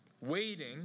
Waiting